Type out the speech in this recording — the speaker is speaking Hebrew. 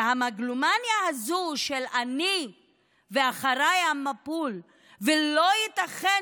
ועל המגלומניה הזו של אני ואחריי המבול ולא ייתכן